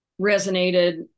resonated